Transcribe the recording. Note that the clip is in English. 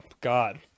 God